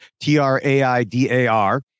T-R-A-I-D-A-R